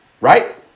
Right